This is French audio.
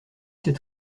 ses